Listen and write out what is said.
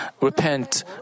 repent